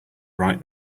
right